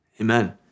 amen